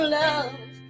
love